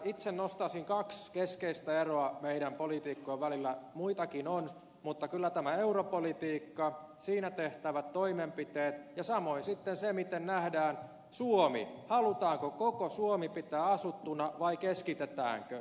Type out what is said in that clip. itse nostaisin kaksi keskeistä eroa meidän politiikkojen välillä muitakin on ja kyllä ne ovat tämä europolitiikka siinä tehtävät toimenpiteet ja samoin sitten se miten nähdään suomi halutaanko koko suomi pitää asuttuna vai keskitetäänkö